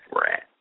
Rat